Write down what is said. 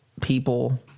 people